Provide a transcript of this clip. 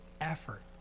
effort